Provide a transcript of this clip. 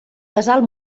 casal